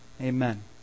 amen